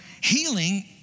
healing